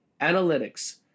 analytics